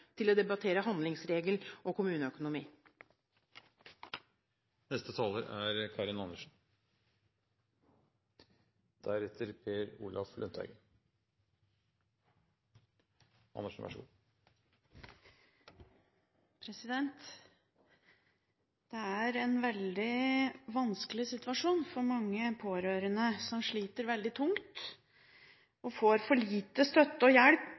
til å debattere handlingsregel og kommuneøkonomi. Det er en veldig vanskelig situasjon for mange pårørende, som sliter tungt og får for lite støtte og hjelp